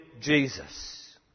Jesus